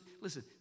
listen